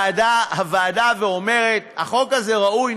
הוועדה ואומרת: החוק הזה ראוי,